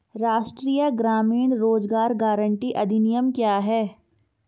राष्ट्रीय ग्रामीण रोज़गार गारंटी अधिनियम क्या है?